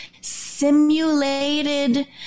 simulated